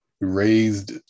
RAISED